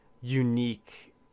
unique